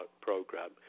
program